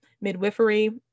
midwifery